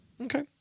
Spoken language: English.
Okay